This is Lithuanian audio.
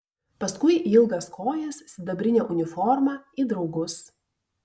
paskui į ilgas kojas sidabrinę uniformą į draugus